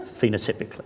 phenotypically